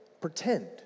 pretend